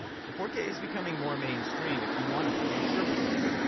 so four k is becoming more mainstream, if you want a future-proof,